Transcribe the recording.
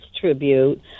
Tribute